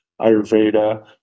Ayurveda